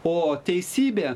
o teisybė